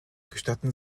gestatten